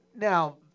Now